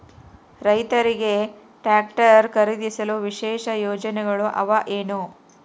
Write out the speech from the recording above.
ರೈತರಿಗೆ ಟ್ರಾಕ್ಟರ್ ಖರೇದಿಸಲು ವಿಶೇಷ ಯೋಜನೆಗಳು ಅವ ಏನು?